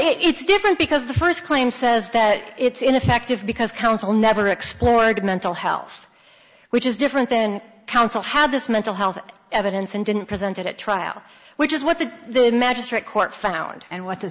it's different because the first claim says that it's ineffective because counsel never explored mental health which is different then counsel had this mental health evidence and didn't presented at trial which is what the magistrate court found and w